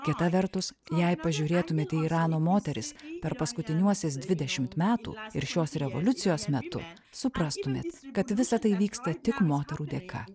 kita vertus jei pažiūrėtumėte į irano moteris per paskutiniuosius dvidešimt metų ir šios revoliucijos metu suprastumėt kad visa tai vyksta tik moterų dėka